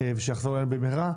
ושיחזור אלינו במהרה.